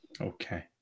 Okay